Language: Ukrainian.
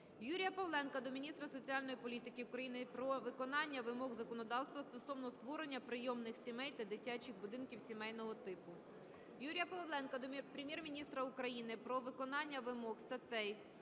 Юрія Павленка до міністра соціальної політики України про виконання вимог законодавства стосовно створення прийомних сімей та дитячих будинків сімейного типу. Юрія Павленка до Прем'єр-міністра України про виконання вимог статей